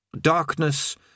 Darkness